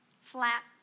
flat